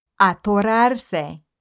Atorarse